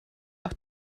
auch